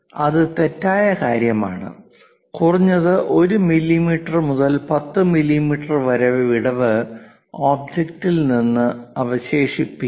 അത് തെറ്റായ കാര്യമാണ് കുറഞ്ഞത് 1 മില്ലിമീറ്റർ മുതൽ 10 മില്ലിമീറ്റർ വരെ വിടവ് ഒബ്ജക്റ്റിൽ നിന്ന് അവശേഷിപ്പിക്കണം